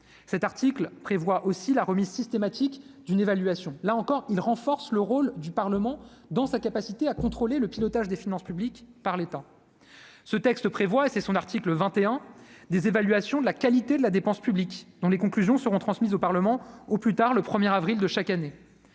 cet article prévoit aussi la remise systématique d'une évaluation, là encore, il renforce le rôle du Parlement dans sa capacité à contrôler le pilotage des finances publiques par l'État, ce texte prévoit, c'est son article 21 des évaluations de la qualité de la dépense publique, dont les conclusions seront transmises au Parlement au plus tard le premier avril de chaque année,